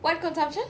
what consumption